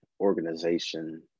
organization